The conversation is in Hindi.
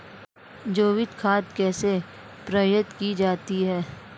जैविक खाद कैसे प्राप्त की जाती है?